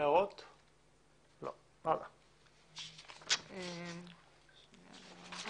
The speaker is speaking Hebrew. הערה לסעיף 26. יש כאן הבדל